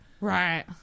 right